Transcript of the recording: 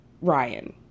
Ryan